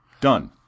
done